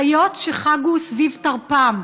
חיות שחגו סביב טרפן,